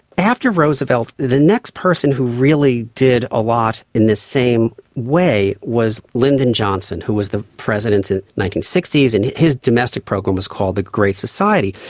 after roosevelt, the next person who really did a lot in the same way was lyndon johnson who was the president in the nineteen sixty s and his domestic program was called the great society,